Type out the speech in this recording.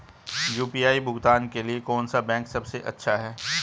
UPI भुगतान के लिए कौन सा बैंक सबसे अच्छा है?